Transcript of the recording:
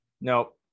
nope